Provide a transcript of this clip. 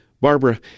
Barbara